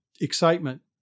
excitement